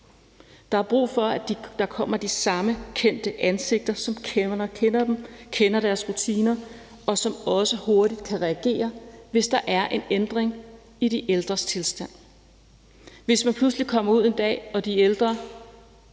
Der er brug for, at der kommer de samme kendte ansigter – nogle, der kender dem, kender deres rutiner, og som også hurtigt kan reagere, hvis der er en ændring i den ældres tilstand. Hvis man pludselig kommer ud en dag og den ældre